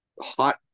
hot